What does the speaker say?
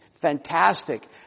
fantastic